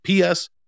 PS